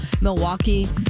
Milwaukee